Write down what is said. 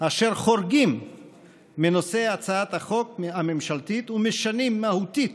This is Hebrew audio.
אשר חורגים מנושא הצעת החוק הממשלתית ומשנים מהותית